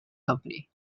company